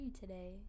today